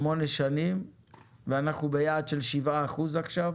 שמונה שנים ואנחנו ביעד של שבעה אחוזים עכשיו,